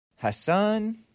Hassan